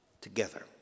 together